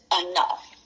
enough